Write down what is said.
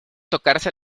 tocarse